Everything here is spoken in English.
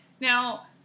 now